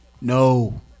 No